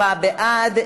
64 בעד,